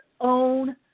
own